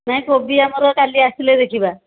ନାଇଁ କୋବି ଆମର କାଲି ଆସିଲେ ଦେଖିବା